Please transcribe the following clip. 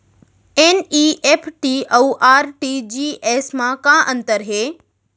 NEFT अऊ RTGS मा का अंतर हे?